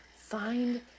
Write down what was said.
Find